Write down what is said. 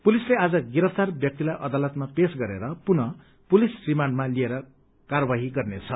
पुलिसले आज गिरफ्तार व्यक्तिलाई अदालतमा पेश गरेर पुनः पुलिस रिमाण्डमा लिएर कार्यवाही गर्नेछ